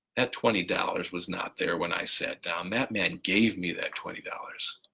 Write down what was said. that twenty dollars was not there when i sat down. that man gave me that twenty dollars.